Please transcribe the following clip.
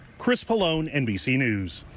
chris pollone nbc news.